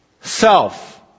self